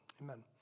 amen